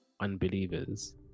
unbelievers